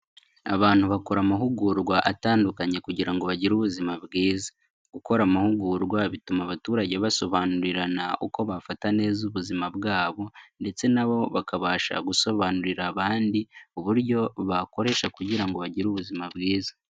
Abantu bakora amahugurwa atandukanye kugira ngo bagire ubuzima bwiza, gukora amahugurwa bituma abaturage basobanurirana uko bafata neza ubuzima bwabo ndetse nabo bakabasha gusobanurira abandi uburyo bakoresha kugira ngo bagire ubuzima bwiza.